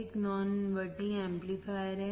यह एक non inverting amplifier है